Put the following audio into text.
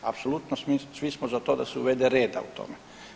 Apsolutno svi smo za to da se uvede reda u tome.